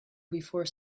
before